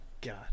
god